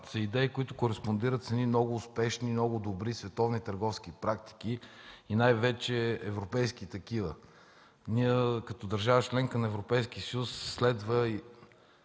са идеи, които кореспондират с едни много успешни, много добри световни търговски практики и най-вече европейски такива. Ние като държава – членка на Европейския съюз, следва